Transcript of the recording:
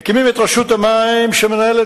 מקימים את רשות המים שמנהלת